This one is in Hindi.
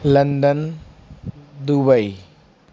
London Dubai